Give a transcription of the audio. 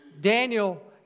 Daniel